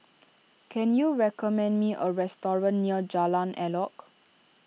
can you recommend me a restaurant near Jalan Elok